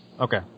Okay